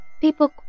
people